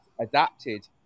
adapted